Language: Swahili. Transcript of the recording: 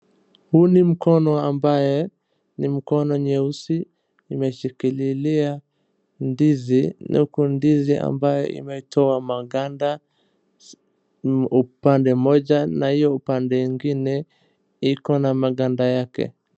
Huu ni mkono ambaye ni mkono nyeusi imeshikilia ndizi. Huku ndizi ambaye imetoa maganda upande moja na hio upande ingine iko na maganda yake.